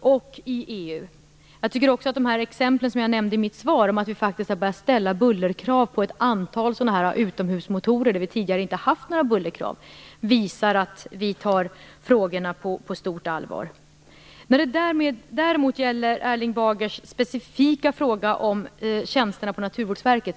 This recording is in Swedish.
och i EU. De exempel jag nämnde i mitt svar på att man faktiskt har börjat ställa bullerkrav på ett antal utomhusmotorer, där det tidigare inte har funnits några krav, visar att frågorna tas på stort allvar. Erling Bager ställde också en specifik fråga om tjänsterna på Naturvårdsverket.